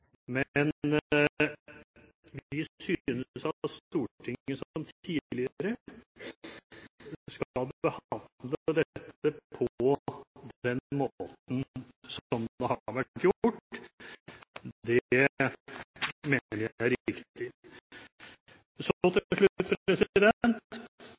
Stortinget skal behandle dette på den måten som det har vært gjort før. Det mener jeg er